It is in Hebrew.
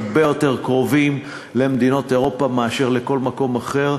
הרבה יותר קרובים למדינות אירופה מאשר לכל מקום אחר,